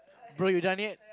bro you done yet